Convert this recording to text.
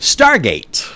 Stargate